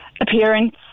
Appearance